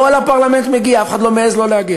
כל הפרלמנט מגיע, אף אחד לא מעז שלא להגיע,